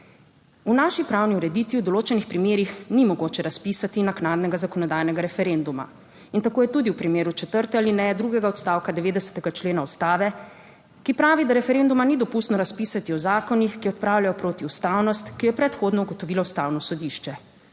V naši pravni ureditvi v določenih primerih ni mogoče razpisati naknadnega zakonodajnega referenduma in tako je tudi v primeru četrte alineje drugega odstavka 90. člena Ustave, ki pravi, da referenduma ni dopustno razpisati o zakonih, ki odpravljajo protiustavnost, ki jo je predhodno ugotovilo Ustavno sodišče.